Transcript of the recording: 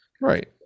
Right